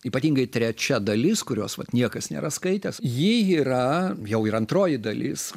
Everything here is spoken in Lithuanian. ypatingai trečia dalis kurios vat niekas nėra skaitęs ji yra jau ir antroji dalis